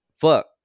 fuck